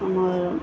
ଆମର୍